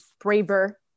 braver